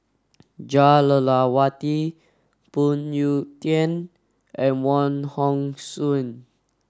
Jah Lelawati Phoon Yew Tien and Wong Hong Suen